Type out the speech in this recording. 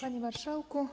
Panie Marszałku!